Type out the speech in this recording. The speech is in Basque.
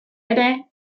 ere